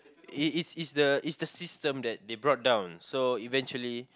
is is is the is the system that they brought down so eventually